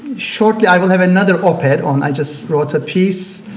shortly i will have another op-ed on i just wrote a piece